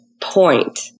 point